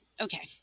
Okay